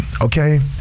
okay